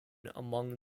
among